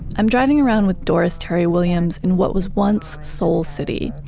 i'm driving around with doris terry williams in what was once soul city.